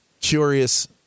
curious